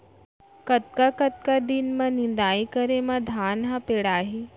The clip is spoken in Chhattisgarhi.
कतका कतका दिन म निदाई करे म धान ह पेड़ाही?